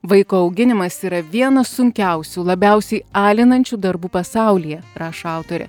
vaiko auginimas yra vienas sunkiausių labiausiai alinančių darbų pasaulyje rašo autorė